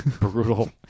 brutal